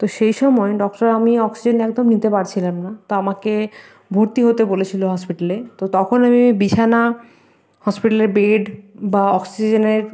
তো সেই সময় ডক্টর আমি অক্সিজেন একদম নিতে পারছিলাম না তো আমাকে ভর্তি হতে বলেছিলো হসপিটালে তো তখন আমি বিছানা হসপিটালের বেড বা অক্সিজেনের